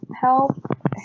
help